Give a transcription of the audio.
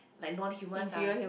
like non humans ah